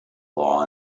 law